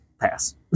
pass